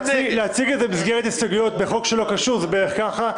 להציג את זה במסגרת הסתייגויות בחוק שלא קשור זה בערך ככה.